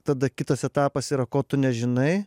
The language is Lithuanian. tada kitas etapas yra ko tu nežinai